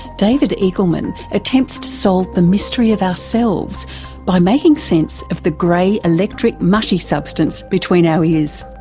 david eagleman attempts to solve the mystery of our selves by making sense of the grey electric mushy substance between our ears.